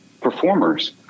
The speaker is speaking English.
performers